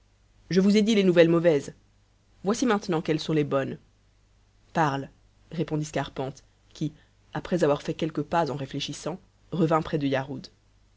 je vous ai dit les nouvelles mauvaises voici maintenant quelles sont les bonnes parle répondit scarpante qui après avoir fait quelques pas en réfléchissant revint près de yarhud